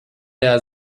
der